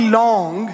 long